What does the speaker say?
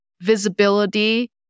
visibility